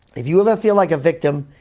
if you ever feel like a victim,